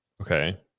okay